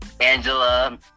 Angela